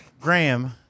Graham